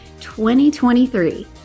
2023